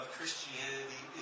Christianity